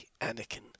anakin